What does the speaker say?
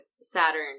Saturn